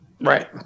Right